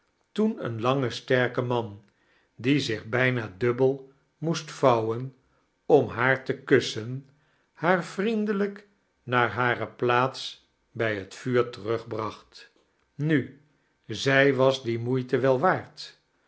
toen een lange sterke man die zich bijna dubbel moest vouwen om haar te kussen haar vriendelijk naar bare plaats bij het vuur terugbracht nu zij was die moeite wel waard